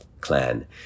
clan